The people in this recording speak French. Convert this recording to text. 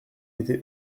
était